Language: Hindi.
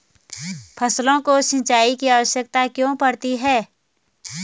फसलों को सिंचाई की आवश्यकता क्यों पड़ती है?